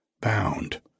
bound